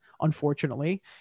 unfortunately